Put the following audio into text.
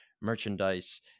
merchandise